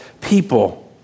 people